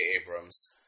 Abrams